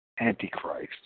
Antichrist